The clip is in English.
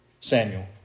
Samuel